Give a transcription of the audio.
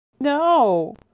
No